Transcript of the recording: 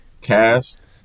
cast